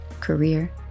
career